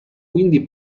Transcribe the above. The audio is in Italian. quindi